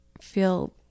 feel